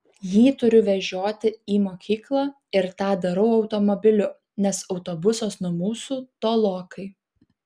jį turiu vežioti į mokyklą ir tą darau automobiliu nes autobusas nuo mūsų tolokai